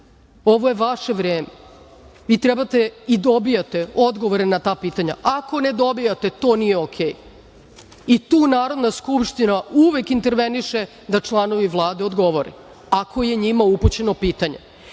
Ovo je vaše vreme. Vi trebate i dobijate odgovore na ta pitanja. Ako ne dobijate, to nije okej i tu Narodna skupština uvek interveniše da članovi Vlade odgovore, ako je njima upućeno pitanje.